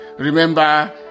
Remember